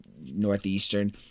Northeastern